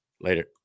Later